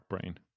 brain